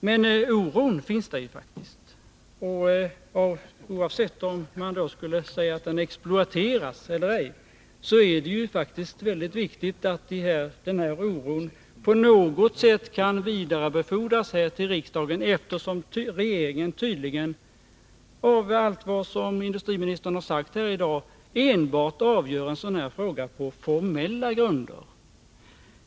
Men oron finns ju faktiskt. Oavsett om man kan säga att den exploateras eller ej, är det ju viktigt att denna oro på något sätt kan vidarebefordras till riksdagen, försäljningen av eftersom regeringen — enligt vad som har framgått av det industriministern företaget Wasahar sagt här i dag — tydligen enbart avgör en sådan här fråga på formella bröd grunder.